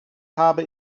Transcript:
habe